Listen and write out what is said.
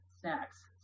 snacks